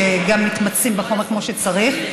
שגם מתמצאים בחומר כמו שצריך.